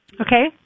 Okay